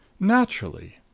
naturally.